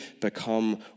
become